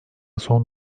son